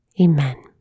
Amen